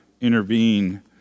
intervene